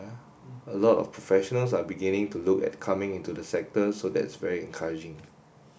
a lot of professionals are beginning to look at coming into the sector so that's very encouraging